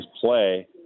play